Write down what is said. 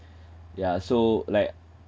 ya so like